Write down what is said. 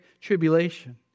tribulation